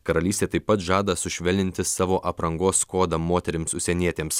karalystė taip pat žada sušvelninti savo aprangos kodą moterims užsienietėms